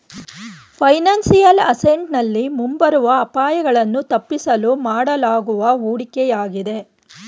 financial asset ನಲ್ಲಿ ಮುಂಬರುವ ಅಪಾಯಗಳನ್ನು ತಪ್ಪಿಸಲು ಮಾಡಲಾಗುವ ಹೂಡಿಕೆಯಾಗಿದೆ